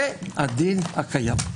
זה הדין הקיים.